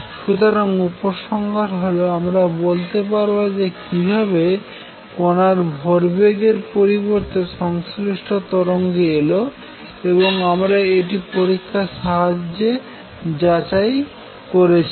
সুতরাং উপসংহার হল আমরা বলতে পারবো যে কিভাবে কণার ভরবেগের পরিবর্তে সংশ্লিষ্ট তরঙ্গ এলো এবং আমরা এটি পরীক্ষার সাহায্যে যাচাই করেছি